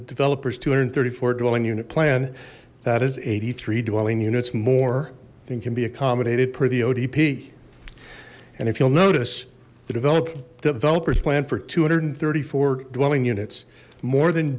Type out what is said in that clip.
developers two hundred and thirty four dwelling unit plan that is eighty three dwelling units more than can be accommodated per the odp and if you'll notice the develop developers plan for two hundred and thirty four dwelling units more than